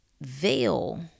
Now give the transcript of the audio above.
veil